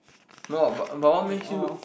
no lah but but what makes you